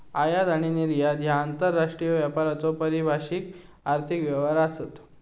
आयात आणि निर्यात ह्या आंतरराष्ट्रीय व्यापाराचो परिभाषित आर्थिक व्यवहार आसत